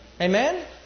Amen